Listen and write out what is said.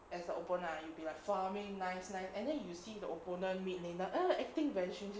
as an opponent lah you'll be like farming nice nice and then you see the opponent mid laner err acting very strange